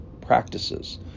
practices